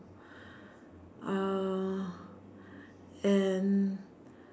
uh and